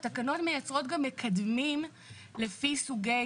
התקנות גם מייצרות מקדמים לפי סוגי